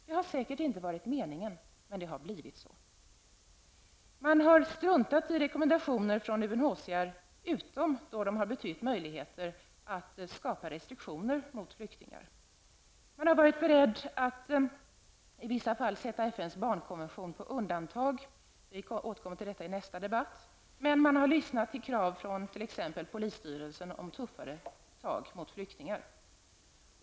Det har säkert inte varit meningen men det har blivit så. Man har struntat i rekommendationer från UNHCR utom när de har betytt möjligheter att skapa restriktioner mot flyktingar. Man har varit beredd att i vissa fall sätta FNs barnkonvention på undantag. Vi återkommer till detta i nästa debatt. Man har lyssnat till krav från exempelvis polisstyrelsen om tuffare tag mot flyktingar.